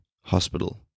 hospital